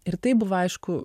ir tai buvo aišku